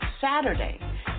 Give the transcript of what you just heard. Saturday